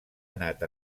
anat